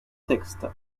texte